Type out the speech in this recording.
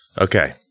Okay